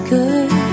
good